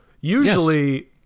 Usually